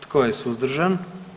Tko je suzdržan?